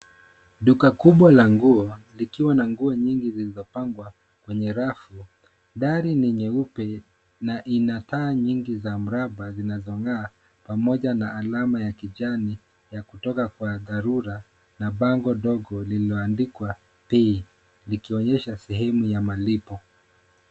Duka kubwa la nguo, likiwa na nguo nyingi zilizopangwa kwenye rafu. Dari ni nyeupe na ina taa nyingi za mraba zinazong'aa pamoja na alama ya kijani ya kutoka kwa dharura na bango dogo lililoandikwa pay likionyesha sehemu ya malipo.